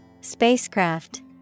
Spacecraft